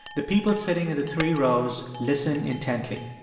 the people sitting in the three rows listen intently.